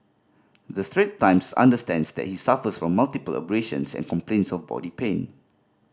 the Strait Times understands that he suffers from multiple abrasions and complains of body pain